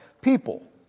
people